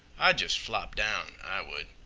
i'd jest flop down, i would.